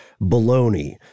baloney